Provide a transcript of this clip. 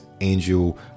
angel